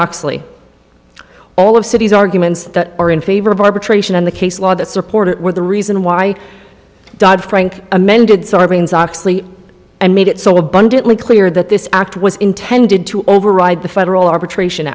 oxley all of cities arguments that are in favor of arbitration in the case law that supported the reason why dodd frank amended sarbanes oxley and made it so abundantly clear that this act was intended to override the federal arbitration